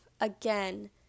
Again